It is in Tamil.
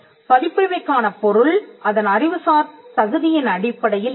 பதிப்புரிமைக்கான பொருள் அதன் அறிவுசார் தகுதியின் அடிப்படையில் இல்லை